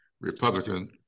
Republican